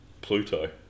Pluto